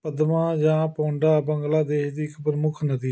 ਪਦਮਾ ਜਾਂ ਪੋਂਡਾ ਬੰਗਲਾਦੇਸ਼ ਦੀ ਇੱਕ ਪ੍ਰਮੁੱਖ ਨਦੀ